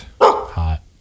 Hot